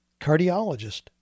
cardiologist